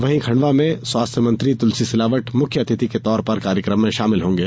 वहीं खंडवा में स्वास्थ्य मंत्री तुलसी सिलावट मुख्य अतिथि के तौर पर कार्यक्रम में शामिल होगें